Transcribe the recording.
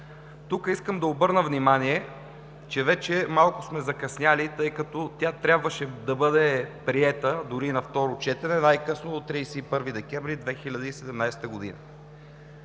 Тук искам да обърна внимание, че вече малко сме закъснели, тъй като тя трябваше да бъде приета дори на второ четене най-късно до 31 декември 2017 г.